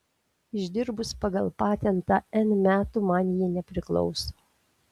išdirbus pagal patentą n metų man ji nepriklauso